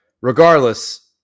Regardless